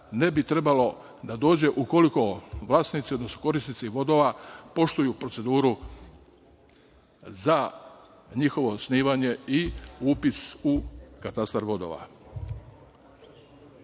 ne bi trebalo da dođe ukoliko vlasnici, odnosno korisnici vodova poštuju proceduru za njihovo snimanje i upis u katastar vodova. Poslove